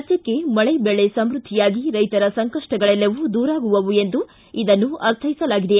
ರಾಜ್ಯಕ್ಕೆ ಮಳೆಬೆಳೆ ಸಮ್ಯದ್ಧಿಯಾಗಿ ರೈತರ ಸಂಕಷ್ಟಗಳೆಲ್ಲವೂ ದೂರಾಗುವವು ಎಂದು ಇದನ್ನು ಅರ್ಥೈಸಲಾಗಿದೆ